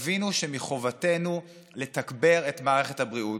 תבינו שמחובתנו לתגבר את מערכת הבריאות.